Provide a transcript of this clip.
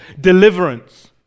deliverance